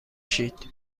شید